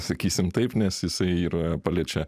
sakysim taip nes jisai yra paliečia